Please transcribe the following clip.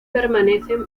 permanecen